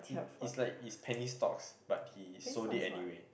it is like his penny stocks but he sold it anyway